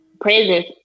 presence